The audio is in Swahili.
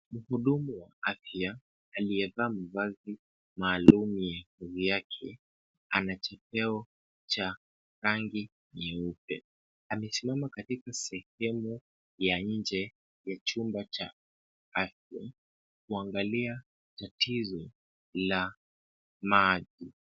Mhudumu wa afya aliyevaa mavazi maalumu ya kazi yake, ana chepeo cha rangi nyeupe, amesima katika sehemu ya nje ya chumba cha afya, kuangalia tatizo la maji.